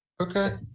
Okay